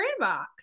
inbox